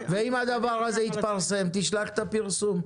ואם הדבר הזה התפרסם תשלח את הפרסום.